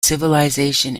civilization